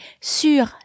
sur